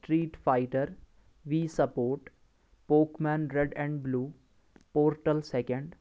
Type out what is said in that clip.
street Fighter V support Pokemon Red and Blue Portal second